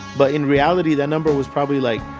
but in reality, that number was probably like,